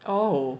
oh